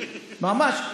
ממש,